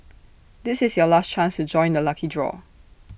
this is your last chance to join the lucky draw